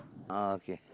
ah okay